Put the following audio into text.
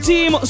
Team